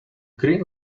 green